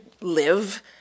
live